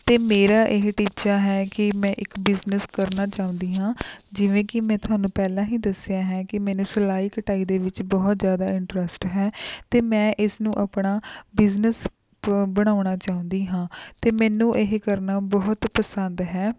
ਅਤੇ ਮੇਰਾ ਇਹ ਟੀਚਾ ਹੈ ਕਿ ਮੈਂ ਇੱਕ ਬਿਜ਼ਨਸ ਕਰਨਾ ਚਾਹੁੰਦੀ ਹਾਂ ਜਿਵੇਂ ਕਿ ਮੈਂ ਤੁਹਾਨੂੰ ਪਹਿਲਾਂ ਹੀ ਦੱਸਿਆ ਹੈ ਕਿ ਮੈਨੂੰ ਸਿਲਾਈ ਕਢਾਈ ਦੇ ਵਿੱਚ ਬਹੁਤ ਜ਼ਿਆਦਾ ਇੰਟਰਸਟ ਹੈ ਅਤੇ ਮੈਂ ਇਸ ਨੂੰ ਆਪਣਾ ਬਿਜ਼ਨਸ ਬ ਬਣਾਉਣਾ ਚਾਹੁੰਦੀ ਹਾਂ ਅਤੇ ਮੈਨੂੰ ਇਹ ਕਰਨਾ ਬਹੁਤ ਪਸੰਦ ਹੈ